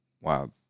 Wow